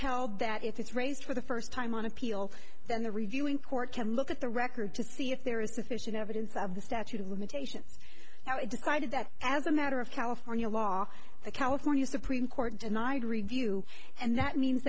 held that if it's raised for the first time on appeal then the reviewing court can look at the record to see if there is sufficient evidence of the statute of limitations how it decided that as a matter of california law the california supreme court denied review and that means